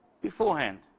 beforehand